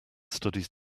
studies